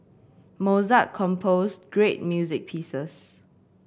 Mozart composed great music pieces